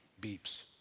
beeps